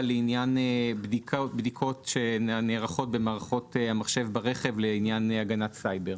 של הסעיף הזה הוא "לשם פיקוח על ביצוע ההוראות לפי סימן זה,